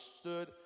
stood